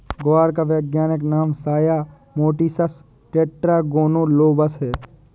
ग्वार का वैज्ञानिक नाम साया मोटिसस टेट्रागोनोलोबस है